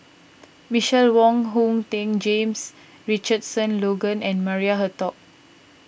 Michelle Wong Hong Teng James Richardson Logan and Maria Hertogh